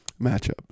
matchup